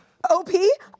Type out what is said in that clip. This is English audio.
OP